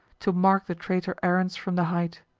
to mark the traitor aruns from the height.